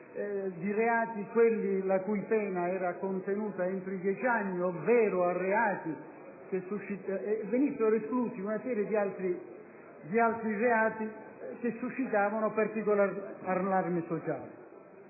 di reati, quelli la cui pena era contenuta entro i dieci anni di reclusione, e venissero esclusi una serie di altri reati che suscitavano particolare allarme sociale.